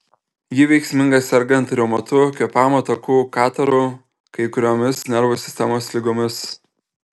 ji veiksminga sergant reumatu kvėpavimo takų kataru kai kuriomis nervų sistemos ligomis